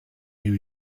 new